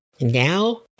now